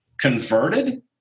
converted